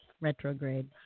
Retrograde